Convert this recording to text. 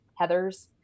Heathers